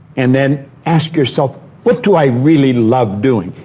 and then ask yourself what do i really love doing?